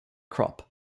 crop